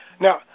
Now